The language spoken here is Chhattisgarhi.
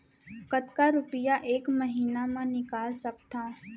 कतका रुपिया एक महीना म निकाल सकथव?